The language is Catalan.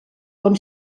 com